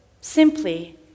simply